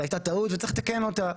זו הייתה טעות וצריך לתקן אותה,